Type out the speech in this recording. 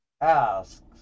asks